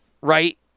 right